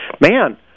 Man